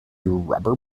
rubber